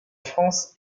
france